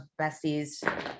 besties